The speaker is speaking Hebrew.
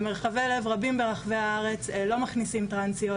במרחבי לב רבים ברחבי הארץ לא מכניסים טרנסיות.